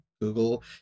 Google